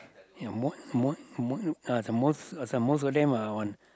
yeah most most most uh the most so most of them are on